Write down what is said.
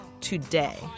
today